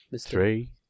Three